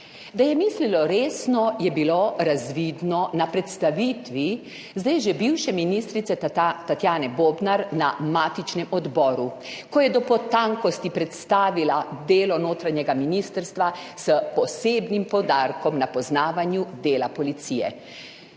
Da je mislilo resno, je bilo razvidno na predstavitvi zdaj že bivše ministrice Tatjane Bobnar na matičnem odboru, ko je do potankosti predstavila delo notranjega ministrstva, s posebnim poudarkom na poznavanju dela policije.